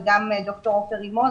וגם דוקטור עופר רימון,